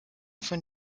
von